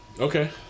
Okay